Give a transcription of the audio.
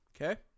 okay